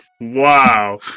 Wow